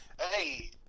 hey